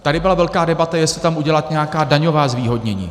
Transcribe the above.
Tady byla velká debata, jestli tam udělat nějaká daňová zvýhodnění.